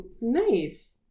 Nice